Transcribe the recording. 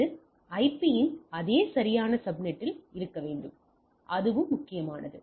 இது ஐபியின் அதே சரியான சப்நெட்டில் இருக்க வேண்டும் அதுவும் முக்கியமானது